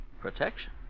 Protection